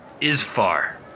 Isfar